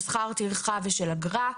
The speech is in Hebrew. של שכר טרחה ושל אגרה,